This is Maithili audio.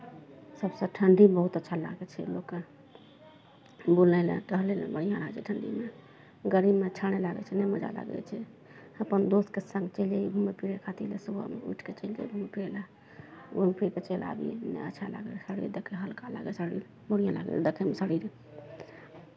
सभसँ ठण्ढीमे बहुत अच्छा लागै छै लोककेँ बुलय लए टहलै लए बढ़िआँ होइ छै ठण्ढीमे गरमीमे अच्छा नहि लागै छै नहि मजा लागै छै अपन दोस्तके सङ्ग चल जइयै घुमै फिरै खातिर सुबहमे उठि कऽ चल जइयै घुमै लए फिरै लए घुमि फिरि कऽ चलि आबियै हमे अच्छा लागै शरीर हलका लागै बढ़िआँ लागै देखैमे शरीर